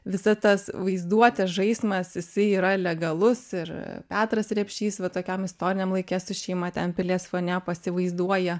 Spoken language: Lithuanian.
visa tas vaizduotės žaismas jisai yra legalus ir petras repšys va tokiam istoriniam laike su šeima ten pilies fone pasivaizduoja